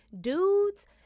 Dudes